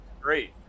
great